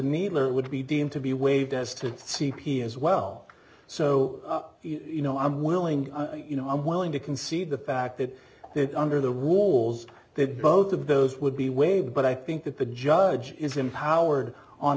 her would be deemed to be waived as to c p s well so you know i'm willing you know i'm willing to concede the fact that that under the rules that both of those would be waived but i think that the judge is empowered on